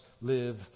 live